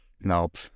Nope